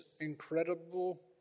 incredible